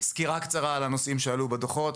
אני אתן סקירה קצרה על הנושאים שעלו בדוחות.